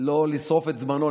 לא לשרוף את זמנו,